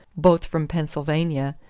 both from pennsylvania,